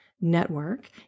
network